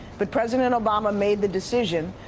but president obama made the decision